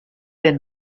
their